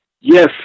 Yes